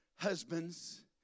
Husbands